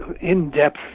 in-depth